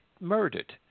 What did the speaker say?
murdered